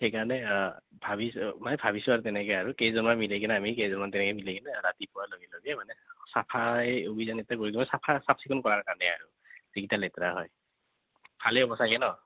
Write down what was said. সেইকাৰণে অঁ ভাবিছোঁ মানে ভাবিছোঁ আৰু তেনেকৈ আৰু কেইজনমান মিলি কিনে আমি কেইজনমান তেনেকৈ মিলি কিনে ৰাতিপুৱাৰ লগে লগে মানে চাফাই অভিযান এয়া কৰি লৈ চাফা চাফচিকুণ কৰাৰ কাৰণে আৰু যিকেইটা লেতেৰা হয় ভালেই হ'ব চাগে ন